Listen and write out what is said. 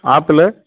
apple